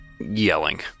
yelling